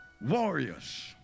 Warriors